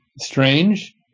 strange